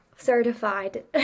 Certified